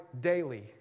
daily